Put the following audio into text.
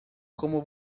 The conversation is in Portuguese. como